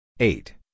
Eight